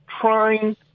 trying